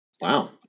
Wow